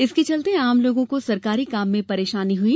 इसके चलते आम लोगों को सरकारी काम में परेशानी हुई